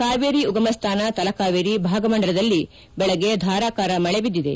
ಕಾವೇರಿ ಉಗಮ ಸ್ವಾನ ತಲಕಾವೇರಿ ಭಾಗಮಂಡಲದಲ್ಲಿ ಬೆಳಗ್ಗೆ ಧಾರಕಾರ ಮಳೆಬಿದ್ದಿದೆ